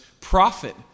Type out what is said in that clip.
prophet